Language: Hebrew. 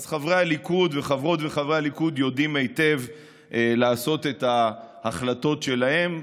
אז חברי הליכוד וחברות הליכוד יודעים היטב לעשות את ההחלטות שלהם.